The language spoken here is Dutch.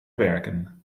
werken